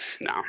No